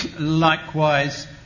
Likewise